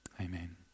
amen